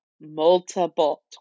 multiple